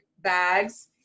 Bags